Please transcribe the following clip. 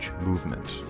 Movement